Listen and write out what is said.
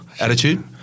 Attitude